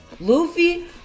Luffy